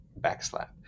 backslap